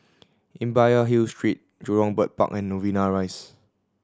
Imbiah Hill Street Jurong Bird Park and Novena Rise